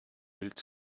bild